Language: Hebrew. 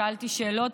שאלתי שאלות,